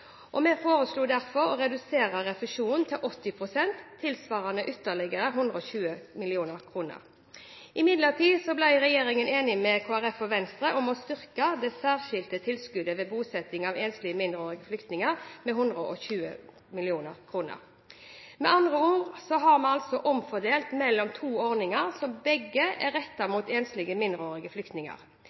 og vi foreslo derfor å redusere refusjonen til 80 pst., tilsvarende ytterligere 120 mill. kr. Imidlertid ble regjeringen enig med Kristelig Folkeparti og Venstre om å styrke det særskilte tilskuddet ved bosetting av enslige mindreårige flyktninger med 120 mill. kr. Med andre ord har vi omfordelt midler mellom to ordninger som begge er rettet mot enslige mindreårige flyktninger.